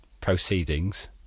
proceedings